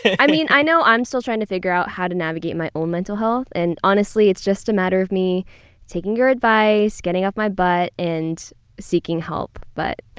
i mean i know i'm still trying to figure out how to navigate my own mental health. and honestly, it's just a matter of me taking your advice, getting off my butt and seeking help but,